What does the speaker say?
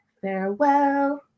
Farewell